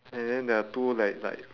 and then there are two like like